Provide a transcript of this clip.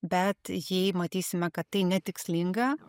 bet jei matysime kad tai netikslinga